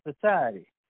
society